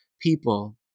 people